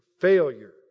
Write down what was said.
failure